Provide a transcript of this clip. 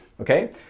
okay